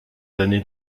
années